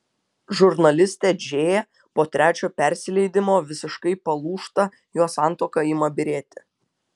žurnalistė džėja po trečio persileidimo visiškai palūžta jos santuoka ima byrėti